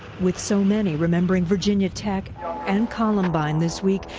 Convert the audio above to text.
with so many remembering virginia tech and columbine this week,